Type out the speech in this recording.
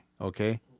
okay